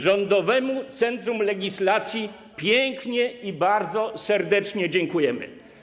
Rządowemu Centrum Legislacji pięknie i bardzo serdecznie dziękujemy.